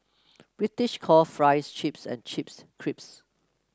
British call fries chips and chips crisps